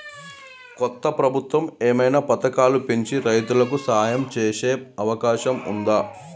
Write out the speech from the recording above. కొత్త ప్రభుత్వం ఏమైనా పథకాలు పెంచి రైతులకు సాయం చేసే అవకాశం ఉందా?